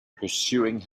pursuing